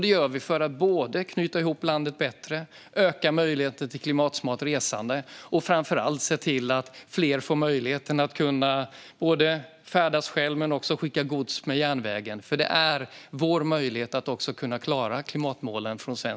Det gör vi för att knyta ihop landet bättre, öka möjligheten för klimatsmart resande och framför allt se till att fler får möjligheten att färdas själva och skicka gods med järnvägen. Detta är Sveriges möjlighet att klara klimatmålen.